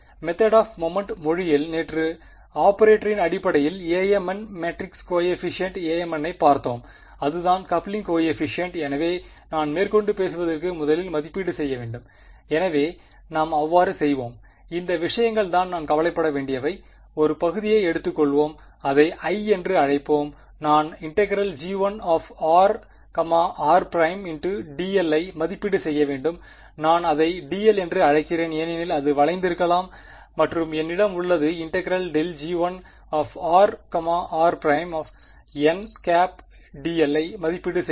method of moment மொழியில் நேற்று ஆபரேட்டரின் அடிப்படையில் Amn மேட்ரிக்ஸ் கோயபிஷியண்ட் Amn ஐ பார்த்தோம் அதுதான் கப்ளிங் கோயபிஷியண்ட் எனவே நான் மேற்கொண்டு பேசுவதற்கு முதலில் மதிப்பீடு செய்ய வேண்டும் எனவே நாம் அவ்வாறு செய்வோம் இந்த விஷயங்கள்தான் நான் கவலைப்பட வேண்டியவை ஒரு பகுதியை எடுத்துக்கொள்வோம் அதை i என்று அழைப்போம் நான் ∫g1 r r ′ dl ஐ மதிப்பீடு செய்ய வேண்டும் நான் அதை d l என்று அழைக்கிறேன் ஏனெனில் அது வளைந்திருக்கலாம் மற்றும் என்னிடம் உள்ளது ∫ ∇g1 r r′ndl ஐ மதிப்பீடு செய்ய